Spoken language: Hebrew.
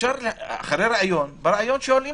בראיון שואלים